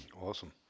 Awesome